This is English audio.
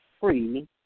free